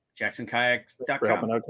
jacksonkayak.com